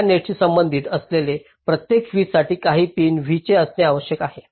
या नेटशी संबंधित असलेल्या प्रत्येक v साठी काही पिनसाठी v हे असणे आवश्यक आहे